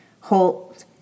hold